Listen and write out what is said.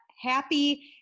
happy